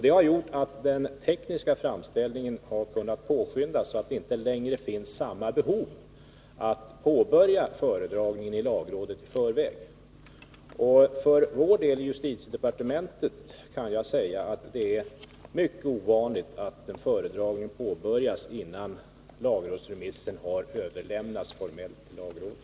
Det har gjort att den tekniska framställningen har kunnat påskyndas, så att det inte längre finns samma behov att påbörja föredragningen i lagrådet i förväg. För justitiedepartementets del är det mycket ovanligt att en föredragning påbörjas innan lagrådsremissen formellt har överlämnats till lagrådet.